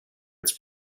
its